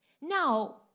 Now